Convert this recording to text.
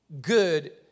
good